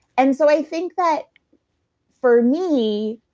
and so i think that for me,